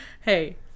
hey